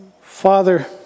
Father